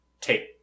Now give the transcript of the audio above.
take